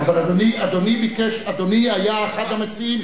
אבל אדוני היה אחד המציעים,